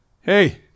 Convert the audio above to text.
hey